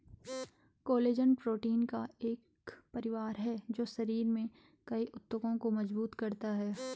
collagen protein का एक परिवार है जो शरीर में कई ऊतकों को मजबूत करता है